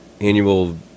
annual